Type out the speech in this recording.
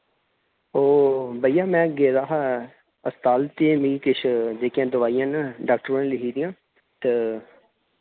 ओ भैया मैं गेदा हा हस्ताल ते मि किश जेह्कियां दवाइयां न डाक्टर होरैं लिखी दियां ते